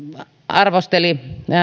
arvosteli